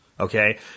Okay